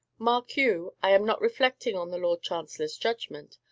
mark you, i am not reflecting on the lord chancellor's judgment.